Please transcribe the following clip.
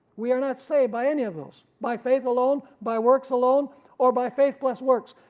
we are not saved by any of those, by faith alone by works alone or by faith plus works.